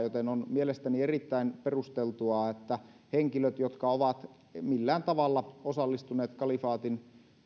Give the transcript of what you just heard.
joten on mielestäni erittäin perusteltua että henkilöt jotka ovat millään tavalla osallistuneet kalifaatin